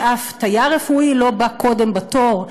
שאף תייר רפואי לא בא קודם בתור,